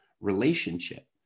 relationship